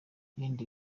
ibindi